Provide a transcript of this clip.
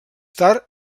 tard